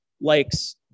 likes